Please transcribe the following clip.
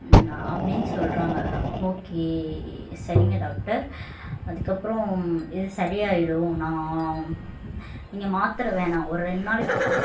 அப்படினு சொல்கிறாங்க ஓகே சரிங்க டாக்டர் அதுக்கப்புறம் இது சரியாகிடும் நான் நீங்கள் மாத்திரை வேணாம் ஒரு ரெண்டு நாளைக்கு